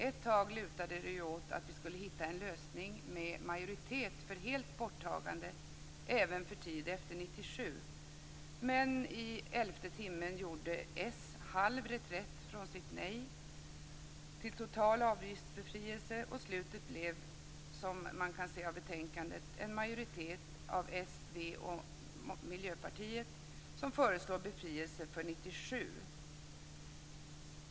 Ett tag lutade det åt att vi skulle hitta en lösning med majoritet för helt borttagande även för tid efter 1997, men i elfte timmen gjorde Socialdemokraterna halv reträtt från sitt nej till total avgiftsbefrielse och slutet blev, som man kan se av betänkandet, en majoritet av s, v och mp som föreslår befrielse för 1997.